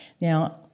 Now